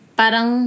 parang